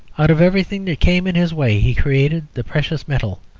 out of everything that came in his way he created the precious metal.